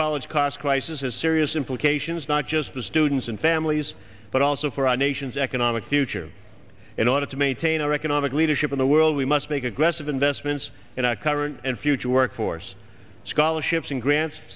college cost crisis has serious implications not just the students and families but also for our nation's economic future in order to maintain our economic leadership in the world we must make aggressive investments in our current and future workforce scholarships and grants